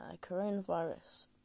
coronavirus